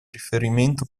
riferimento